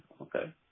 okay